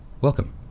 welcome